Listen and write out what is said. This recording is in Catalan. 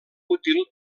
útil